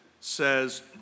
says